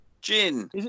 Gin